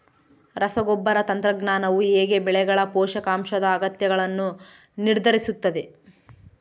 ರಸಗೊಬ್ಬರ ತಂತ್ರಜ್ಞಾನವು ಹೇಗೆ ಬೆಳೆಗಳ ಪೋಷಕಾಂಶದ ಅಗತ್ಯಗಳನ್ನು ನಿರ್ಧರಿಸುತ್ತದೆ?